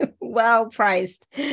well-priced